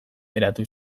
eratu